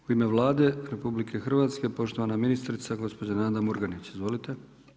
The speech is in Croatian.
U ime Vlade RH poštovana ministrica gospođa Nada Murganić, izvolite.